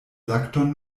lakton